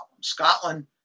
Scotland